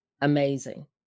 amazing